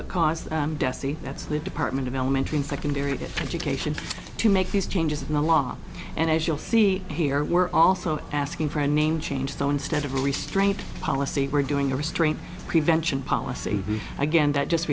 see that's the department of elementary and secondary education to make these changes in the law and as you'll see here we're also asking for a name change so instead of restraint policy we're doing a restraint prevention policy again that just